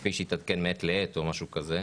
כפי שיתעדכן מעת לעת או משהו כזה.